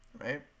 right